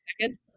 seconds